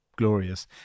glorious